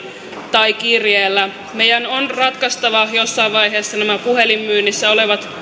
tai kirjeellä meidän on ratkaistava jossain vaiheessa nämä puhelinmyynnissä olevat